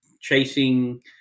chasing